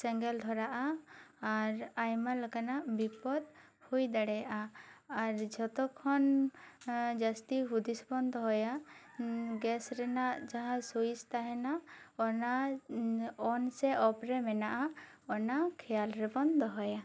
ᱥᱮᱸᱜᱮᱞ ᱫᱷᱚᱨᱟᱜᱼᱟ ᱟᱨ ᱟᱭᱢᱟ ᱞᱮᱠᱟᱱᱟᱜ ᱵᱤᱯᱚᱛ ᱦᱩᱭ ᱫᱟᱲᱮᱭᱟᱜᱼᱟ ᱟᱨ ᱡᱷᱚᱛᱚ ᱠᱷᱚᱱ ᱡᱟᱹᱥᱛᱤ ᱦᱩᱫᱤᱥ ᱵᱚᱱ ᱫᱚᱦᱚᱭᱟ ᱜᱮᱥ ᱨᱮᱱᱟᱜ ᱢᱟᱦᱟᱸ ᱥᱩᱭᱤᱪ ᱛᱟᱦᱮᱱᱟ ᱚᱱᱟ ᱚᱱ ᱥᱮ ᱚᱯᱷ ᱨᱮ ᱢᱮᱱᱟᱜᱼᱟ ᱚᱱᱟ ᱠᱷᱮᱭᱟᱞ ᱨᱮᱵᱚᱱ ᱫᱚᱦᱚᱭᱟ